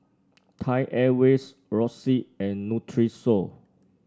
Thai Airways Roxy and Nutrisoy